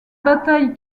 bataille